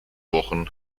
wochen